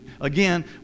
Again